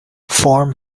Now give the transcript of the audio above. form